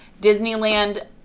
Disneyland